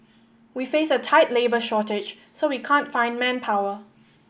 we face a tight labour shortage so we can't find manpower